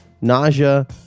nausea